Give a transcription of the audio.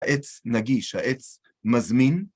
העץ נגיש, העץ מזמין.